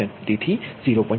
તેથી 0